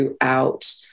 throughout